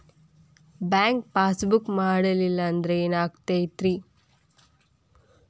Bank passbook ಮಾಡಲಿಲ್ಲ ಅಂದ್ರೆ ಏನ್ ಆಗ್ತೈತಿ?